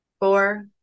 Four